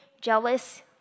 Jealous